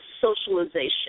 socialization